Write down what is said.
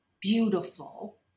beautiful